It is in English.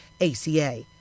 ACA